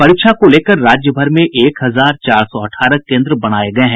परीक्षा को लेकर राज्यभर में एक हजार चार सौ अठारह केन्द्र बनाये गये हैं